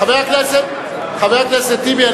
חבר הכנסת טיבי,